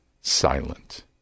silent